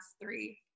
three